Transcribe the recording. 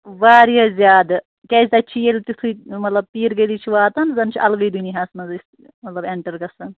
واریاہ زیادٕ کیٛازِ تَتہِ چھِ ییٚلہِ تِتھُے مطلب پیٖر گٔلی چھِ واتان زَن چھِ الگٕے دُنیاہَس منٛز أسۍ مطلب اٮ۪نٛٹَر گژھان